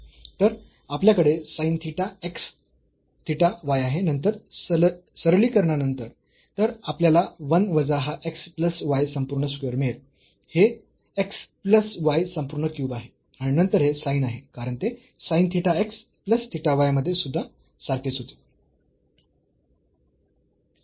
तर आपल्याकडे sin theta x plus theta y आहे आणि सरलीकरणानंतर तर आपल्याला 1 वजा हा x प्लस y संपूर्ण स्क्वेअर मिळेल हे x प्लस y संपूर्ण क्यूब आहे आणि नंतर हे sin आहे कारण ते sin theta x plus theta y मध्ये सुद्धा सारखेच होते